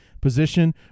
position